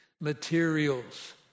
materials